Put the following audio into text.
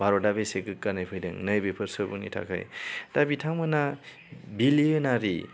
भारतआ बेसे गोग्गानाय फैदों नैबेफोर सुबुंनि थाखाय दा बिथांमोना बिलियनारि